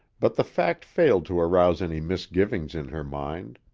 but the fact failed to arouse any misgivings in her mind.